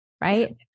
right